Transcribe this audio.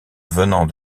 venant